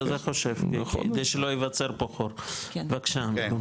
מצוין, בבקשה, ארז.